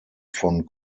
von